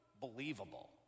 believable